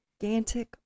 gigantic